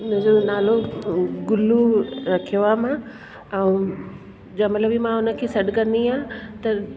उनजो नालो अ गुल्लू रखियो आहे मां ऐं जंहिंमहिल बि मां उनखे सॾु कंदी आहियां त